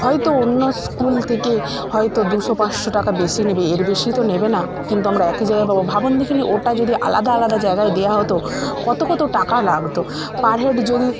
হয়তো অন্য স্কুল থেকে হয়তো দুশো পাঁচশো টাকা বেশি নেবে এর বেশি তো নেবে না কিন্তু আমরা একই জায়গায় পাবো ভাবুন দেখি নি ওটা যদি আলাদা আলাদা জায়গায় দেওয়া হতো কতো কতো টাকা লাগতো পার হেড যদি